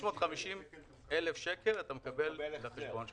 --- 350,000 שקל אתה מקבל לחשבון שלך,